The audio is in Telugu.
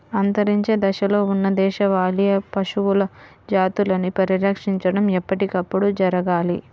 అంతరించే దశలో ఉన్న దేశవాళీ పశువుల జాతులని పరిరక్షించడం ఎప్పటికప్పుడు జరగాలి